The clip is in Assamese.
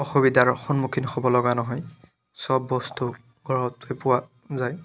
অসুবিধাৰ সন্মুখীন হ'ব লগা নহয় সব বস্তু ঘৰতে পোৱা যায়